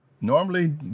Normally